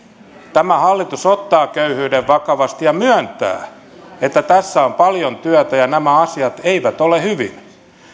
tämä hallitus ottaa köyhyyden vakavasti ja myöntää että tässä on paljon työtä ja nämä asiat eivät ole hyvin